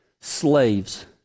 Slaves